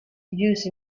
used